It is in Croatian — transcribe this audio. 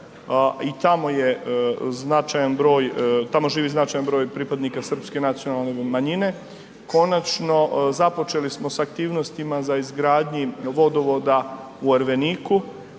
i tamo živi značajan broj pripadnika srpske nacionalne manjine, konačno započeli smo s aktivnostima za izgradnji vodovoda u Erveniku,